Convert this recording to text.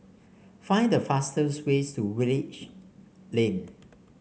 find the fastest ways to Woodleigh Lane